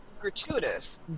gratuitous